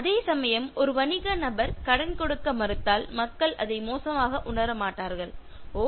அதேசமயம் ஒரு வணிக நபர் கடன் கொடுக்க மறுத்தால் மக்கள் அதை மோசமாக உணர மாட்டார்கள் ஓ